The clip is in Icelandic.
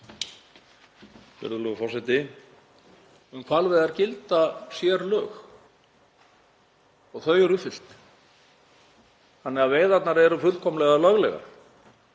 Virðulegur forseti. Um hvalveiðar gilda sérlög og þau eru uppfyllt, þannig að veiðarnar eru fullkomlega löglegar.